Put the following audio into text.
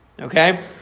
Okay